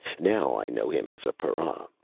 now i know him as a para.